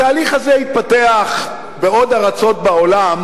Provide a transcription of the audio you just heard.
התהליך הזה התפתח בעוד ארצות בעולם,